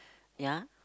ya